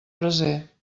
braser